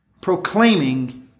proclaiming